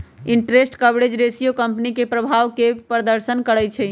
interest coverage ratio company के प्रभाव के प्रदर्शन करइ छै